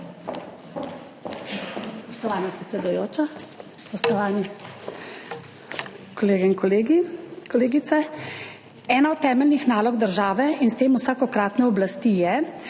Spoštovana predsedujoča. Spoštovani kolegi in kolegice! Ena od temeljnih nalog države in s tem vsakokratne oblasti je,